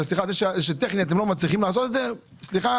זה שטכנית אתם לא מצליחים לעשות את זה סליחה,